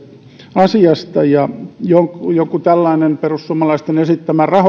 asiasta ja jokin tällainen perussuomalaisten esittämä